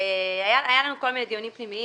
היו לנו כל מיני דיונים פנימיים,